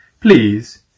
Please